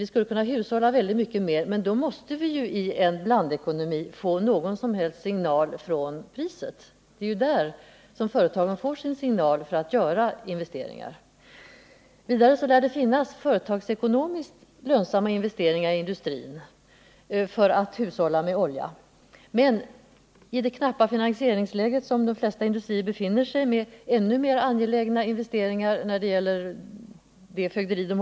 Vi skulle kunna hushålla mycket mer, men då måste vi i en blandekonomi få någon signal från priset. Det är ju där som företagen får sin signal när det gäller investeringar. Vidare lär det finnas företagsekonomiskt lönsamma investeringar i industrin beträffande hushållning med olja. Men med tanke på det svåra finansieringsläge som de flesta industrier befinner sig i är det ännu mera angeläget med investeringar i det fögderi som de ägnar sig åt.